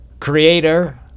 creator